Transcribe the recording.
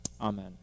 Amen